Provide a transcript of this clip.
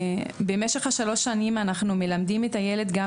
במשך שלוש השנים שאנחנו מלווים את הילד אנחנו